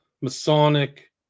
Masonic